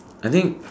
I think